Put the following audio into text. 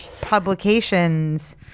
publications